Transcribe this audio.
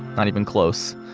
not even close,